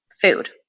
Food